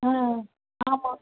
ஆ ஆமாம்